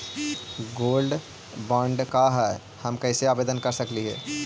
Gold bond का है, हम कैसे आवेदन कर सकली ही?